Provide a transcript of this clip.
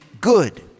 good